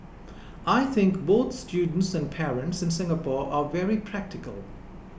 I think both students and parents in Singapore are very practical